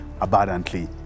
abundantly